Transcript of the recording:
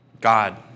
God